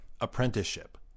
Apprenticeship